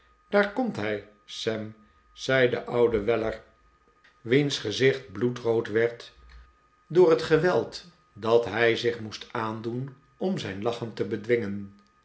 daar komt hij sam zei de oude weller wiens gezicht bloedrood werd door het geweld dat hij zich moest aandoen om zijn lachen te bedwingen